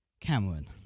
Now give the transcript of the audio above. Cameron